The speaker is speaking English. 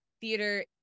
theater